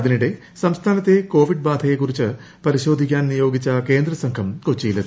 അതിനിടെ സംസ്ഥാനത്തെ കോവിഡ് ബാധയെ കുറിച്ച് പരിശോധിക്കാൻ നിയോഗിച്ചു കേന്ദ്രസംഘം കൊച്ചിയിലെത്തി